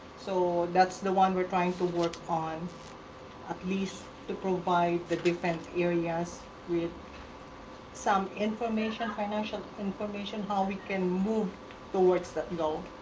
so that's the one we're trying to work on, at least to provide the defense areas with some information, financial information, how we can move towards that goal.